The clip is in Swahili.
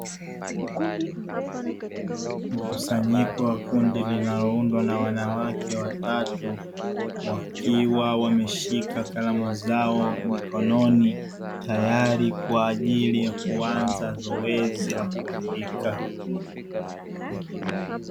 Mkusanyiko wa kundi linaloundwa na wanawake watatu wakiwa wameshika kalamu zao mikononi, tayari kwa ajili ya kuanza zoezi la kuandika.